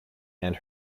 and